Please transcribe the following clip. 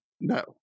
No